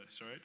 right